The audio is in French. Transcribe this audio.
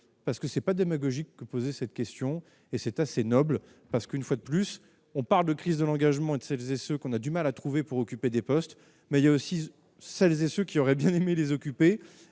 parce que ce n'est pas démagogique poser cette question et c'est assez noble, parce qu'une fois de plus, on parle de crise de l'engagement de celles et ceux qu'on a du mal à trouver pour occuper des postes mais aussi celles et ceux qui auraient bien aimé les occuper